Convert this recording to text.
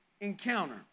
encounter